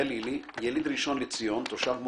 גלילי, יליד ראשון לציון, תושב מודיעין,